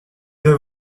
due